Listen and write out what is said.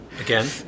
Again